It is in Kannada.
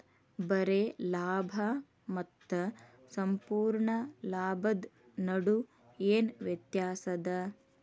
ಬರೆ ಲಾಭಾ ಮತ್ತ ಸಂಪೂರ್ಣ ಲಾಭದ್ ನಡು ಏನ್ ವ್ಯತ್ಯಾಸದ?